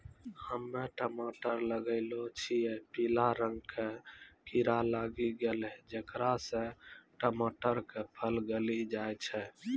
हम्मे टमाटर लगैलो छियै पीला रंग के कीड़ा लागी गैलै जेकरा से टमाटर के फल गली जाय छै?